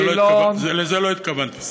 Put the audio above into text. לזה לא התכוונתי.